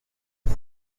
azi